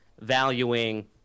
valuing